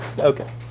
Okay